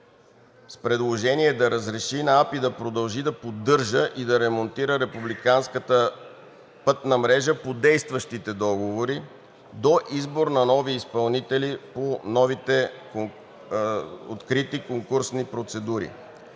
„Пътна инфраструктура“ да продължи да поддържа и да ремонтира републиканската пътна мрежа по действащите договори до избора на новите изпълнители по новите открити конкурсни процедури,